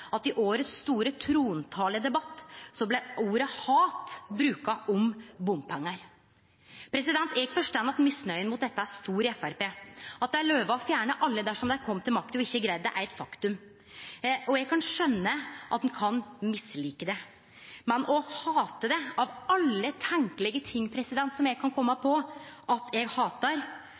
at i årets store trontaledebatt blei hat brukt om bompengar. Eg forstår at misnøya mot dette er stor i Framstegspartiet. At dei lova å fjerne alle dersom dei kom til makta og ikkje greide det, er eit faktum. Eg kan skjøne at ein kan mislike det, men å hate det – av alle tenkjelege ting eg kan kome på at eg hatar,